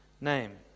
name